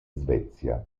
svezia